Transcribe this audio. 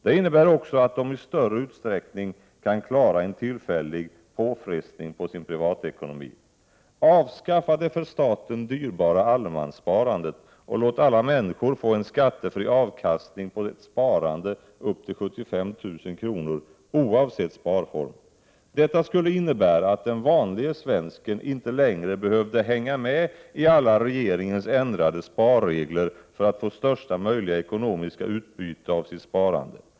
Det innebär också att de i större utsträckning kan klara en tillfällig påfrestning på sin privatekonomi. Avskaffa det för staten dyrbara allemanssparandet, och låt alla människor få en skattefri avkastning på ett sparande upp till 75 000 kr., oavsett sparform! Detta skulle innebära att den vanlige svensken inte längre behövde hänga med i alla regeringens ändrade sparregler för att få största möjliga ekonomiska utbyte av sitt sparande.